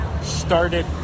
started